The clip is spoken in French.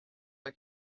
pas